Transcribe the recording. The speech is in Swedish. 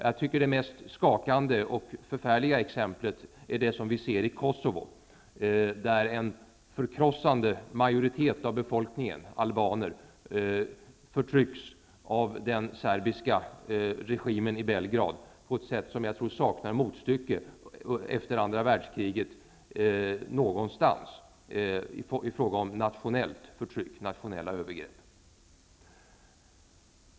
Jag tycker att det mest skakande och förfärliga exemplet är det som vi ser i Kosovo, där en förkrossande majoritet av befolkningen, albaner, förtrycks av den serbiska regimen i Belgrad på ett sätt som jag tror saknar motstycke efter andra världskriget vad gäller nationellt förtryck, nationella övergrepp.